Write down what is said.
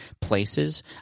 places